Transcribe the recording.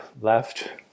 left